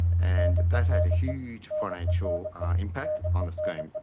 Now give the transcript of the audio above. and that had a huge financial impact on the scheme.